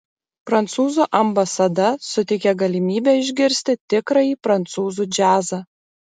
prancūzų ambasada suteikia galimybę išgirsti tikrąjį prancūzų džiazą